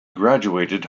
graduated